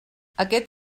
aquest